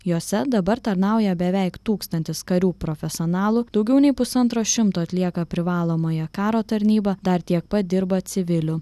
jose dabar tarnauja beveik tūkstantis karių profesionalų daugiau nei pusantro šimto atlieka privalomąją karo tarnybą dar tiek pat dirba civilių